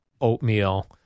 oatmeal